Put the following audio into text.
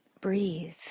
Breathe